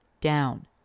down